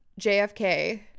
JFK